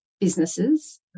businesses